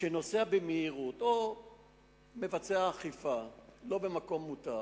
שנוסע במהירות או מבצע עקיפה לא במקום מותר,